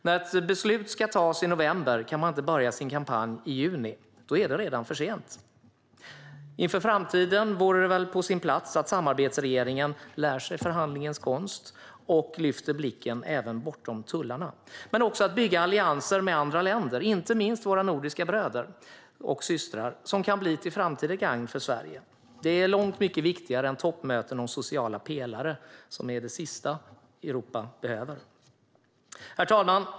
När beslut ska fattas i november kan man inte börja sin kampanj i juni. Då är det redan för sent. Inför framtiden vore det väl på sin plats att samarbetsregeringen lär sig förhandlingens konst och att lyfta blicken bortom tullarna men också att bygga allianser med andra länder, inte minst våra nordiska bröder och systrar, som kan bli till framtida gagn för Sverige. Det är långt mycket viktigare än toppmöten om sociala pelare, som är det sista Europa behöver. Herr talman!